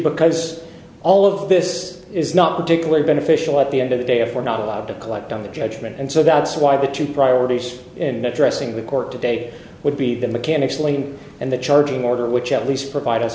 because all of this is not particularly beneficial at the end of the day if we're not allowed to collect on the judgment and so that's why the two priorities in addressing the court today would be the mechanics lane and the charging order which at least provide us